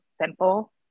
simple